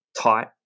tight